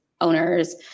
owners